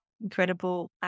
incredible